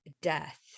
death